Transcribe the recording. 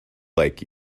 like